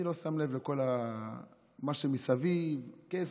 אני לא שם לב למה שמסביב, כסף.